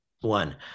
one